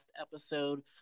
episode